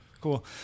Cool